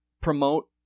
promote